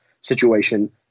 situation